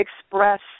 express